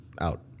out